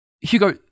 Hugo